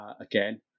again